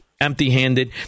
empty-handed